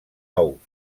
ous